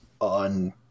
On